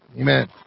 amen